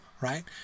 right